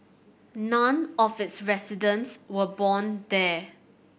none of its residents were born there